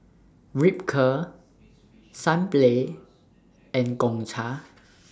Ripcurl Sunplay and Gongcha